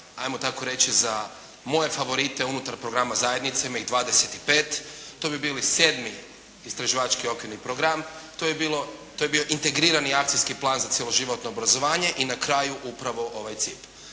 ajmo tako reći za moje favorite unutar programa zajednice, ima ih 25, to bi bili sedmi istraživački okvirni program, to je bio integrirani akcijski plan za cjeloživotno obrazovanje i na kraju upravo ovaj cilj.